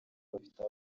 bafite